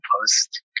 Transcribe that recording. post